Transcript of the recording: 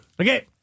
Okay